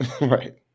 Right